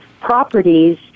properties